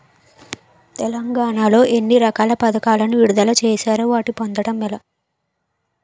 తెలంగాణ లో ఎన్ని రకాల పథకాలను విడుదల చేశారు? వాటిని పొందడం ఎలా?